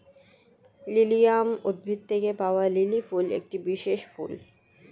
lilium উদ্ভিদ থেকে পাওয়া লিলি ফুল একটি বিশেষ ফুল